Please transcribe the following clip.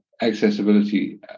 accessibility